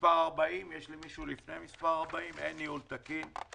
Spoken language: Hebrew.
מספר 40 (בית אברהם) אין אישור ניהול תקין.